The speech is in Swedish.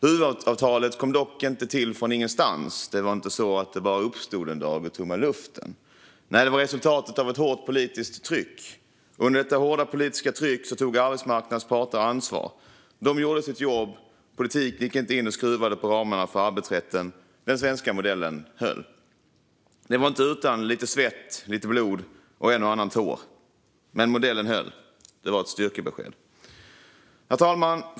Huvudavtalet kom dock inte till från ingenstans. Det uppstod inte bara ur tomma luften en dag. Nej, det var resultatet av hårt politiskt tryck. Under detta hårda politiska tryck tog arbetsmarknadens parter ansvar. De gjorde sitt jobb, och politiken gick inte in och skruvade på ramarna för arbetsrätten. Den svenska modellen höll. Det var inte utan lite svett, lite blod och en och annan tår. Men modellen höll. Det var ett styrkebesked. Herr talman!